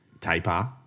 taper